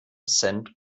cent